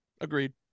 Agreed